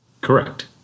Correct